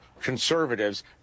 conservatives